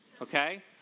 Okay